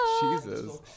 Jesus